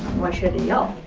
why she had to yell.